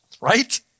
right